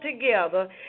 together